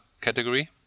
category